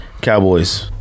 Cowboys